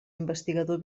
investigador